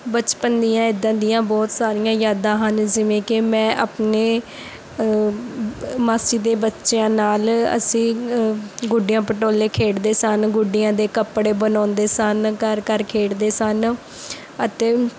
ਬਚਪਨ ਦੀਆਂ ਇੱਦਾਂ ਦੀਆਂ ਬਹੁਤ ਸਾਰੀਆਂ ਯਾਦਾਂ ਹਨ ਜਿਵੇਂ ਕਿ ਮੈਂ ਆਪਣੇ ਮਾਸੀ ਦੇ ਬੱਚਿਆਂ ਨਾਲ ਅਸੀਂ ਗੁੱਡੀਆਂ ਪਟੋਲੇ ਖੇਡਦੇ ਸਨ ਗੁੱਡੀਆਂ ਦੇ ਕੱਪੜੇ ਬਣਾਉਂਦੇ ਸਨ ਘਰ ਘਰ ਖੇਡਦੇ ਸਨ ਅਤੇ